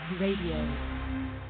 Radio